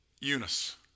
Eunice